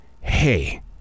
hey